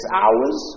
hours